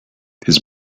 his